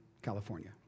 California